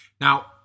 Now